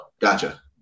Gotcha